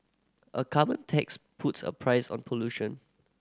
a carbon tax puts a price on pollution